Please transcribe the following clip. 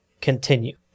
continue